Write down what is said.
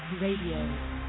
Radio